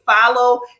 follow